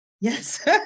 yes